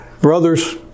Brothers